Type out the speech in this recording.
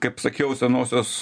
kaip sakiau senosios